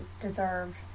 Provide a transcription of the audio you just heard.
deserve